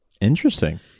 Interesting